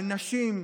על נשים,